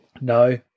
No